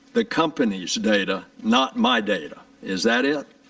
the company's data, not my data. is that it?